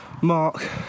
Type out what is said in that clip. Mark